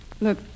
Look